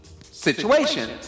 situation